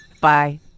Bye